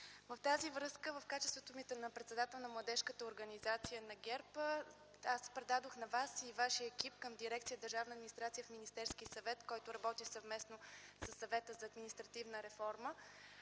В тази връзка, в качеството ми на председател на Младежката организация на ГЕРБ, предадох на Вас и вашия екип към Дирекция „Държавна администрация” в Министерския съвет, който работи съвместно със Съвета за административна реформа,